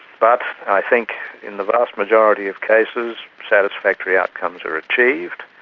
but i think in the vast majority of cases satisfactory outcomes are achieved,